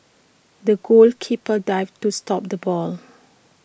the goalkeeper dived to stop the ball